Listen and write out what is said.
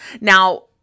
Now